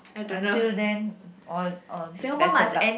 until then or or best of luck